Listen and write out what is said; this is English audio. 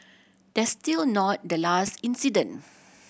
that's still not the last incident